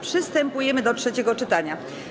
Przystępujemy do trzeciego czytania.